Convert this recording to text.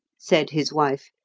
said his wife,